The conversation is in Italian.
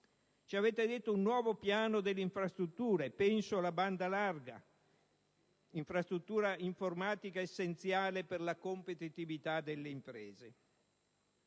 Ci avete parlato di un nuovo piano delle infrastrutture. Penso alla banda larga, infrastruttura informatica essenziale per la competitività delle imprese.